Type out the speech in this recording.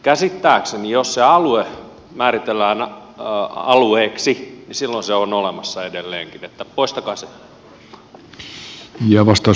käsittääkseni jos se alue määritellään alueeksi silloin se on olemassa edelleenkin niin että poistakaa se